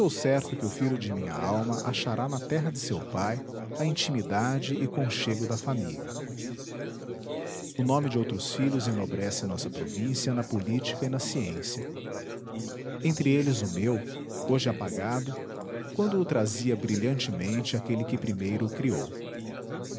certo que o filho de minha alma achará na terra de seu pai a intimidade e conchego da família o nome de outros filhos enobrece nossa província na política e na ciência entre eles o meu hoje apagado quando o trazia brilhantemente aquele que primeiro o criou